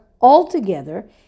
altogether